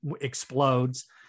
explodes